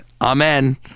amen